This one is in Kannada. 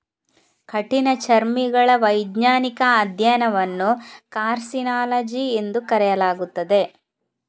ಕಠಿಣಚರ್ಮಿಗಳ ವೈಜ್ಞಾನಿಕ ಅಧ್ಯಯನವನ್ನು ಕಾರ್ಸಿನಾಲಜಿ ಎಂದು ಕರೆಯಲಾಗುತ್ತದೆ